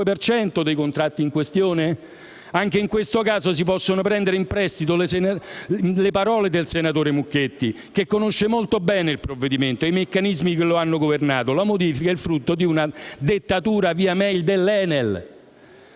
per cento dei contratti in questione? Anche in questo caso si possono prendere in prestito le parole del senatore Mucchetti che conosce molto bene il provvedimento e i meccanismi che lo hanno governato: la modifica è il frutto di una dettatura *via mail* dell'ENEL.